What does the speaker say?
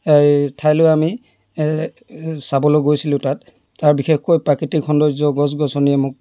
ঠাইলৈ আমি চাবলৈ গৈছিলোঁ তাত তাৰ বিশেষকৈ প্ৰাকৃতিক সৌন্দৰ্য গছ গছনিয়ে মোক